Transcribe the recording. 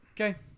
Okay